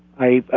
i.